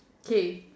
K